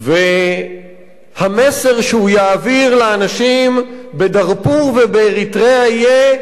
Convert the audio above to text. והמסר שהוא יעביר לאנשים בדארפור ובאריתריאה יהיה,